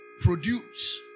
produce